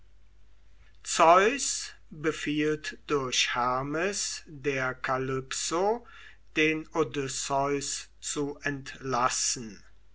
zeus befiehlt durch hermes der kalypso den odysseus zu entlassen